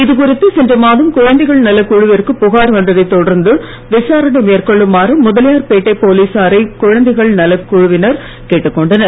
இதுகுறித்து சென்ற மாதம் குழந்தைகள் நலக் குழுவிற்கு புகார் வந்ததை தொடர்ந்து விசாரணை மேற்கொள்ளுமாறு முதலியார் பேட்டை போலீசாரை குழந்தைகள் நலக்குழுவினர் கேட்டுக்கொண்டனர்